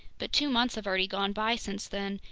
but two months have already gone by since then,